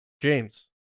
James